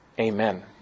Amen